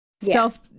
self